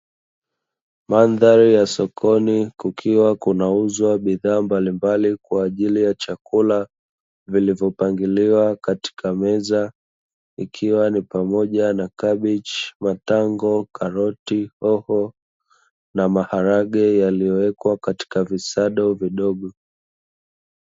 Mandhari ya sokoni kukiwa kunauzwa bidhaa mbalimbali kwa ajili ya chakula vilivyopangiliwa katika meza ikiwa ni pamoja na kabichi, matango, karoti, hoho na maharage yaliyowekwa katika visado vidogo.